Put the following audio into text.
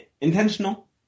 intentional